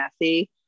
messy